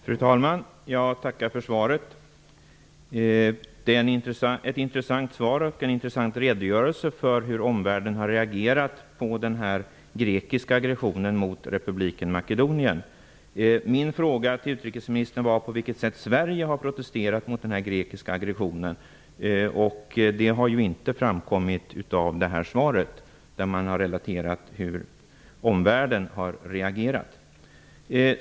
Fru talman! Jag tackar för svaret. Det är ett intressant svar och en intressant redogörelse för hur omvärlden har reagerat på den grekiska aggressionen mot Republiken Makedonien. Min fråga till utrikesministern var på vilket sätt Sverige har protesterat mot denna grekiska aggression, och det har inte framkommit av detta svar, där man har relaterat hur omvärlden har reagerat.